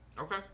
Okay